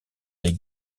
des